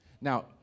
Now